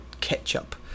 ketchup